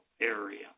area